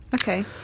Okay